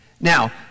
Now